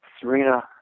Serena